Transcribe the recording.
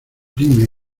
dime